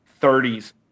30s